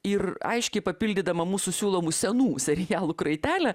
ir aiškiai papildydama mūsų siūlomų senų serialų kraitelę